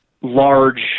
large